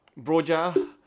Broja